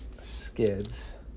Skids